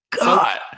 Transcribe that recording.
God